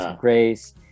grace